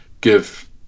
give